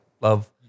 love